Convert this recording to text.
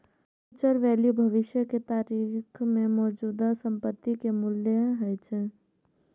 future value भविष्य के तारीख मे मौजूदा संपत्ति के मूल्य होइ छै